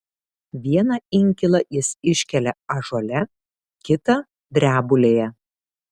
vieną inkilą jis iškelia ąžuole kitą drebulėje